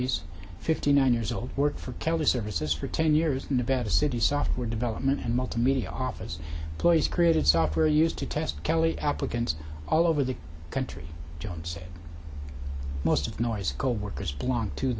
noyes fifty nine years old worked for kelly services for ten years nevada city software development and multimedia office plays created software used to test kelley applicants all over the country john said most of noise coworkers belon